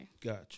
Gotcha